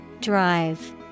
Drive